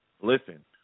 Listen